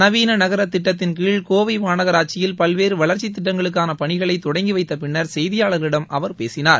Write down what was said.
நவீன நகரத்திட்டத்தின்கீழ் கோவை மாநகராட்சியில் பல்வேறு வளர்ச்சித் திட்டங்களுக்கான பணிகளை தொடங்கி வைத்த பின்னர் செய்தியாளர்களிடம் அவர் பேசினார்